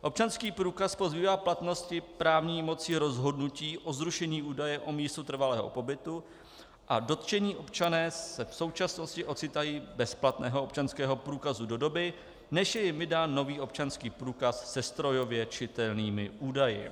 Občanský průkaz pozbývá platnosti právní mocí rozhodnutí o zrušení údaje o místu trvalého pobytu a dotčení občané se v současnosti ocitají bez platného občanského průkazu do doby, než je jim vydán nový občanský průkaz se strojově čitelnými údaji.